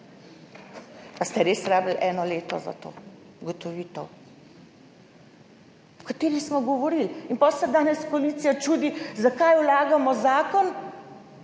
Pa ste res potrebovali eno leto za to ugotovitev, o kateri smo govorili? In potem se danes koalicija čudi, zakaj vlagamo zakon,